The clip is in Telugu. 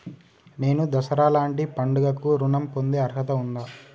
నేను దసరా లాంటి పండుగ కు ఋణం పొందే అర్హత ఉందా?